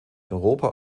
europa